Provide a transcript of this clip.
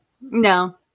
No